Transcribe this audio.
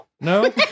No